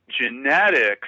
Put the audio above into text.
genetics